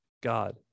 God